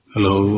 Hello